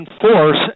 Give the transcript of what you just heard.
force